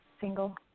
single